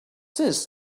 this